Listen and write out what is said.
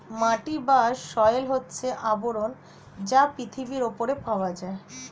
মাটি বা সয়েল হচ্ছে আবরণ যা পৃথিবীর উপরে পাওয়া যায়